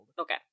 Okay